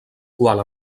qual